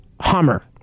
Hummer